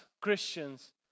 Christians